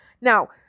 Now